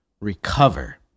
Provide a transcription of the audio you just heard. recover